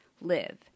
live